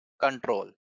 control